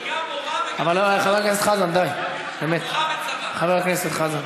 היא גם מורה וגם, אבל, חבר הכנסת חזן,